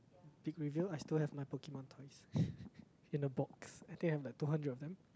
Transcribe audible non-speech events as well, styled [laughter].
big reveal I still have my Pokemon toys [breath] in a box I think I have like about two hundred of them